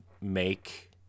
make